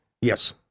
Yes